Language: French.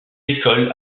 décolle